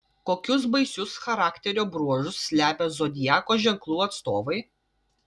kokius baisius charakterio bruožus slepia zodiako ženklų atstovai